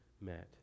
met